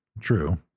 True